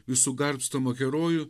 jūsų garbstomą herojų